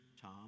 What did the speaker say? tom